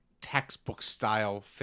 textbook-style